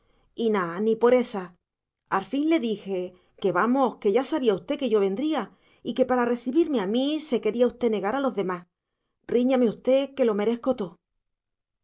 y na ni por esas al fin le dije que vamos que ya sabía usted que yo vendría y que para recibirme a mí se quería usted negar a los demás ríñame usted que lo meresco too